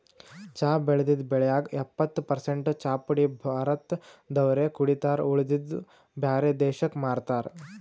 ಚಾ ಬೆಳದಿದ್ದ್ ಬೆಳ್ಯಾಗ್ ಎಪ್ಪತ್ತ್ ಪರಸೆಂಟ್ ಚಾಪುಡಿ ಭಾರತ್ ದವ್ರೆ ಕುಡಿತಾರ್ ಉಳದಿದ್ದ್ ಬ್ಯಾರೆ ದೇಶಕ್ಕ್ ಮಾರ್ತಾರ್